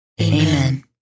Amen